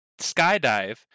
skydive